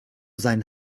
seinen